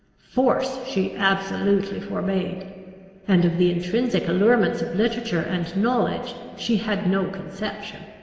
force she absolutely forbade and of the intrinsic allurements of literature and knowledge she had no conception.